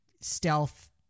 stealth